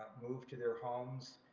moved to their homes